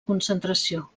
concentració